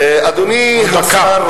אדוני השר, דקה.